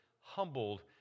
humbled